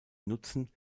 nutzen